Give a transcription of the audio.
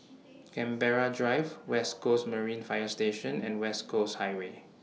Canberra Drive West Coast Marine Fire Station and West Coast Highway